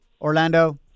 Orlando